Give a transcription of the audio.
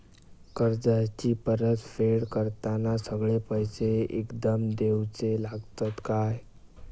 कर्जाची परत फेड करताना सगळे पैसे एकदम देवचे लागतत काय?